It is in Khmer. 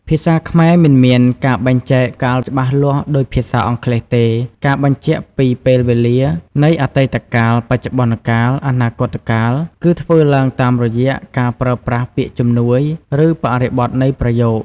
ភាសាខ្មែរមិនមានការបែងចែក កាល ច្បាស់លាស់ដូចភាសាអង់គ្លេសទេ ការបញ្ជាក់ពីពេលវេលានៃអតីតកាល បច្ចុប្បន្នកាល អនាគតកាល គឺធ្វើឡើងតាមរយៈការប្រើប្រាស់ពាក្យជំនួយ ឬបរិបទនៃប្រយោគ។